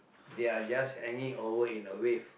they are just hanging over in a wave